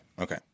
Okay